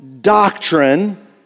doctrine